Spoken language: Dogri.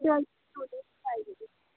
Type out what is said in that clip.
चल